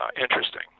interesting